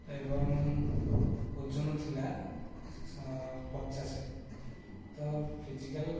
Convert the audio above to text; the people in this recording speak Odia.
ଏବଂ ଓଜନ ଥିଲା ପଚାଶ ତ ଫିଜିକାଲ୍